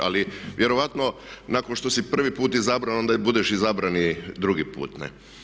Ali vjerojatno nakon što si prvi put izabran, onda budeš izabran i drugi put.